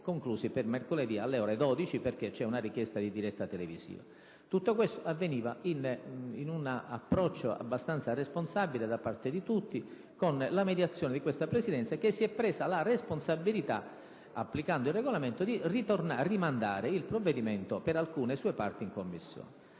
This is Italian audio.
concluso per mercoledì alle ore 12, perché c'è una richiesta di diretta televisiva). Tutto questo avveniva in un approccio abbastanza responsabile da parte di tutti, con la mediazione di questa Presidenza, che si è assunta la responsabilità, applicando il Regolamento, di rinviare il provvedimento, per alcune sue parti, in Commissione.